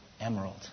Emerald